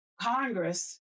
Congress